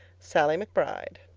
sallie mcbride.